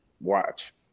watch